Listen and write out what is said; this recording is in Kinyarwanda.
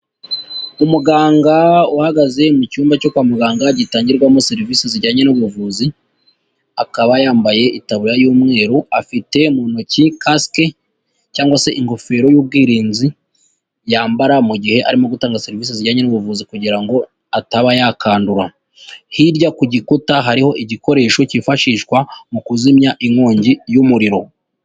Umuganga uhagaze mu cyumba cyo kwa muganga gitangirwamo serivisi zijyanye n'ubuvuzi, akaba yambaye itaburiya y'umweru, afite mu ntoki kasike cyangwa se ingofero y'ubwirinzi yambara mu gihe arimo gutanga serivisi zijyanye n'ubuvuzi kugira ngo ataba yakandura. Hirya ku gikuta hariho igikoresho cyifashishwa mu kuzimya inkongi y'umuriro.